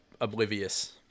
oblivious